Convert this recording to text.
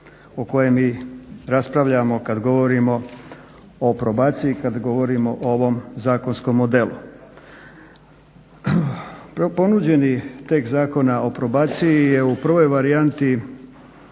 o kojom mi raspravljamo kada govorimo o probaciji kada govorimo o ovom zakonskom modelu. Ponuđeni tekst Zakona o probaciji je u prvoj varijanti